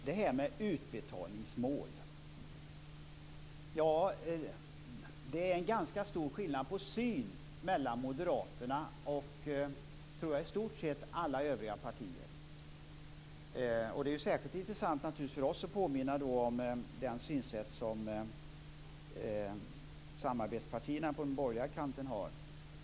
Fru talman! Det är ganska stor skillnad i synen mellan Moderaterna och i stort sett alla övriga partier om utbetalningsmål. Det är särskilt intressant för oss att påminna om det synsätt samarbetspartierna på den borgerliga kanten har.